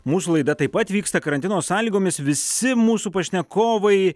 mūsų laida taip pat vyksta karantino sąlygomis visi mūsų pašnekovai